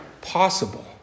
possible